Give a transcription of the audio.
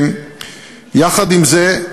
יחד עם זה,